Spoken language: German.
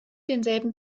denselben